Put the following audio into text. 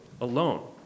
alone